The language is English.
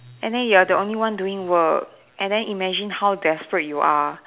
and then you're the only one doing work and then imagine how desperate you are